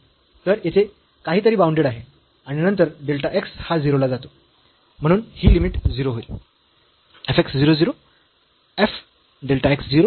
तर येथे काहीतरी बाऊंडेड आहे आणि नंतर डेल्टा x हा 0 ला जातो म्हणून ही लिमिट 0 होईल